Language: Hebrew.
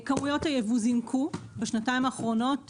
כמויות הייבוא זינקו בשנתיים האחרונות,